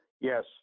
Yes